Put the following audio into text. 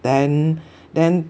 then then